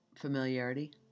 familiarity